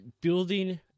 building